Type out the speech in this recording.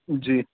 जी